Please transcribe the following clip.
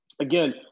Again